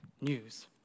news